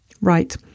Right